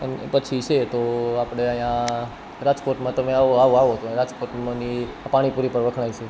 એમ એ પછી છે તો આપણે અહીં રાજકોટમાં તમે આવો આવો આવો તો રાજકોટમાંની પાણીપુરી પણ વખણાય છે